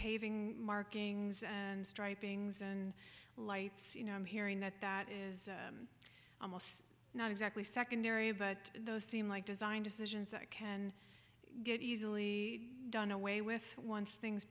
paving markings and striping and lights you know i'm hearing that that is a most not exactly second area but those seem like design decisions that can get easily done away with once things